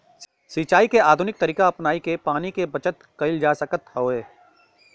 सिंचाई के आधुनिक तरीका अपनाई के पानी के बचत कईल जा सकत हवे